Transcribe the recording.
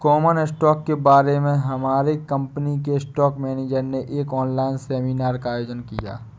common stock के बारे में हमारे कंपनी के स्टॉक मेनेजर ने एक ऑनलाइन सेमीनार का आयोजन किया